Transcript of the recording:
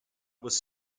was